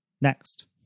next